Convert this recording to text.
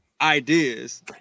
ideas